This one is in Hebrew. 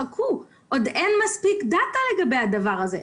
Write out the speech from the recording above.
אז חכו, עוד אין מספיק דאטה לגבי הדבר הזה.